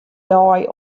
dei